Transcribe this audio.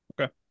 Okay